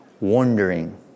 wondering